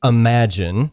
imagine